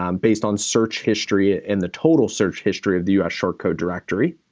um based on search history and the total search history of the u s. short code directory.